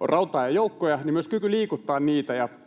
rautaa ja joukkoja, myös kyky liikuttaa niitä.